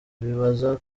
bibaza